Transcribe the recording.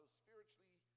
spiritually